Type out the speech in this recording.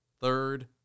Third